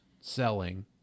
selling